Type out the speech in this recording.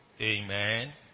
Amen